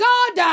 God